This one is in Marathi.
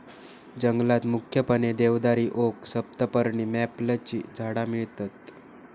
जंगलात मुख्यपणे देवदारी, ओक, सप्तपर्णी, मॅपलची झाडा मिळतत